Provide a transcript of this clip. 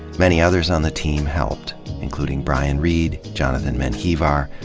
many others on the team helped including brian reed, jonathan menjivar,